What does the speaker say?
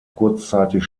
kurzzeitig